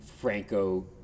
Franco